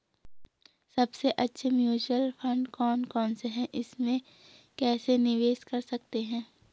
सबसे अच्छे mutual fund कौन कौनसे हैं इसमें कैसे निवेश कर सकते हैं?